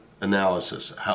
analysis